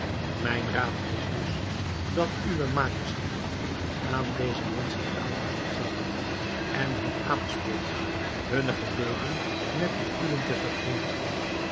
mijn raad is dus dat uwe majesteit aan deze menschen aalmoezen geeft en hen aanspoort hunne gebeden met de uwen te vereenigen